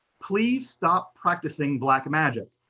please stop practicing black magic.